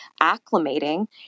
acclimating